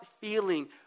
feeling